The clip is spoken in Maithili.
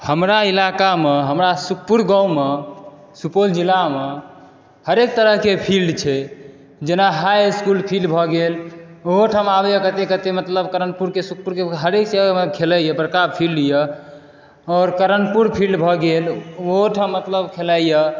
हमरा ईलाका मे हमरा सुपुर गाँव मे सुपौल जिला मे हरेक तरह के फील्ड छै जेना हाइ इसकुल फील्ड भऽ गेल ओहो ठाम आबैया कते कते मतलब करणपुर के सुपुर के हरेक जगह के खेलैया बरका फील्ड यऽ और करणपुर फील्ड भऽ गेल ओहोठाम मतलब खेलाइया